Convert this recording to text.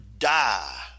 die